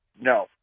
No